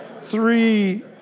three